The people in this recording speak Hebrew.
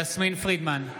(קורא בשם חברת הכנסת) יסמין פרידמן,